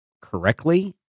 correctly